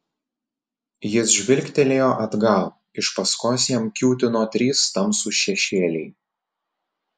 jis žvilgtelėjo atgal iš paskos jam kiūtino trys tamsūs šešėliai